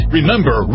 Remember